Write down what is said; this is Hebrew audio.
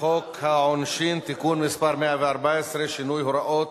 חוק העונשין (תיקון מס' 114) (שינוי הוראות